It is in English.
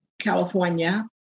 California